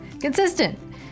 Consistent